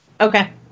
Okay